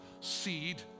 seed